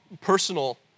personal